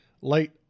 light